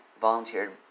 volunteered